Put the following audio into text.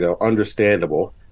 understandable